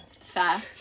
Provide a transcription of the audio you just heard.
Fair